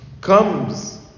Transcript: comes